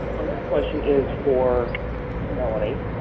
our next question is for melanie.